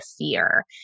fear